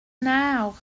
now